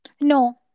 No